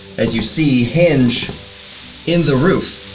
as you see, hinge in the roof.